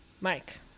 mike